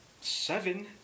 Seven